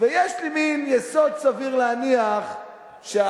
ויש לי מין יסוד סביר להניח שההסכמות,